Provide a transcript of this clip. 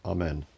Amen